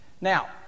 Now